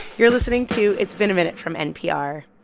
you're listening to it's been a minute from npr